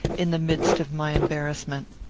in the midst of my embarrassment.